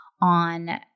on